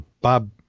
bob